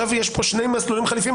יש פה שני מסלולים חליפיים.